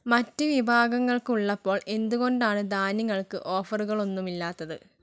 മറ്റ് വിഭാഗങ്ങൾക്ക് ഉള്ളപ്പോൾ എന്തുകൊണ്ടാണ് ധാന്യങ്ങൾക്ക് ഓഫറുകളൊന്നുമില്ലാത്തത്